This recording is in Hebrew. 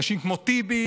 אנשים כמו טיבי,